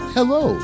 Hello